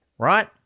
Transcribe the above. Right